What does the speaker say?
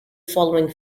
following